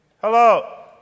Hello